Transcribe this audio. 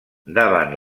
davant